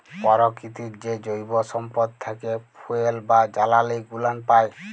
পরকিতির যে জৈব সম্পদ থ্যাকে ফুয়েল বা জালালী গুলান পাই